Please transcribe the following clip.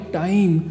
time